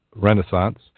Renaissance